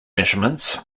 measurements